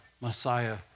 Messiah